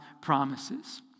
promises